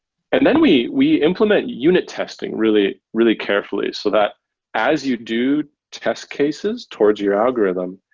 and then we we implement unit testing really really carefully so that as you do test cases towards your algorithm,